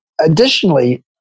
Additionally